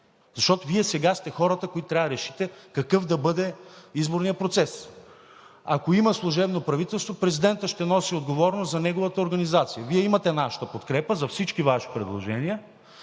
защото Вие сега сте хората, които трябва да решите какъв да бъде изборният процес. Ако има служебно правителство, президентът ще носи отговорност за неговата организация. Вие имате нашата подкрепа за всички Ваши предложения